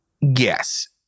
Yes